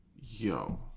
Yo